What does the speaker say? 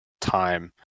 time